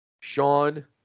Sean